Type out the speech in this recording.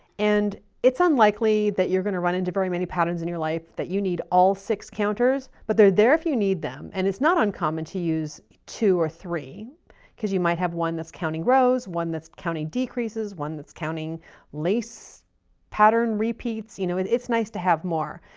and it's unlikely that you're going to run into very many patterns in your life that you need all six counters, but they're there if you need them. and it's not uncommon to use two or three because you might have one that's counting rows, one that's counting decreases, one that's counting lace pattern repeats. you know, it's nice to have more.